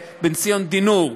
בן-ציון דינור,